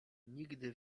nigdy